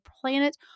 planet